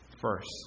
first